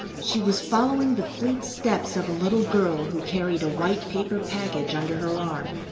she was following the fleet steps of a little girl who carried a white-paper package under her arm.